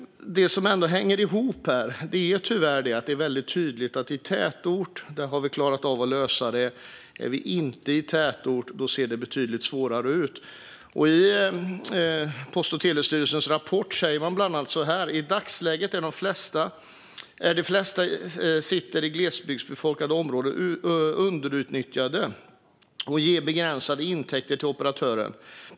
Det som hänger ihop är att det tyvärr är tydligt att vi har klarat av att lösa det i tätort. Men utanför tätort ser det betydligt sämre ut. I Post och telestyrelsens rapport står det bland annat: "I dagsläget är de flesta siter i glest befolkade områden underutnyttjade och ger begränsade intäkter till operatörerna.